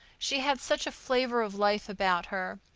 she had such a flavor of life about her.